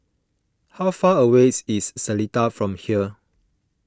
how far away is Seletar from here